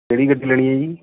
ਕਿਹੜੀ ਗੱਡੀ ਲੈਣੀ ਹੈ ਜੀ